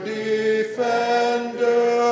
defender